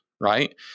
right